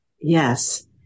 Yes